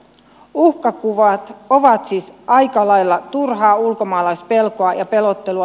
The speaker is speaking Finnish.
uhkakuvat ovat siis aika lailla turhaa ulkomaalaispelkoa ja pelottelua